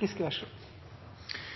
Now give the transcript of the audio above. Det er